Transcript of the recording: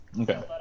Okay